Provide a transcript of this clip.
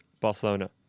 Barcelona